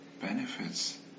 benefits